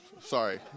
Sorry